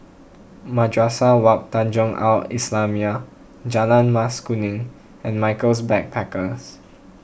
Madrasah Wak Tanjong Al Islamiah Jalan Mas Kuning and Michaels Backpackers